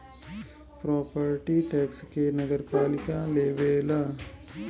property tax के नगरपालिका लेवेला